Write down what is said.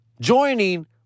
joining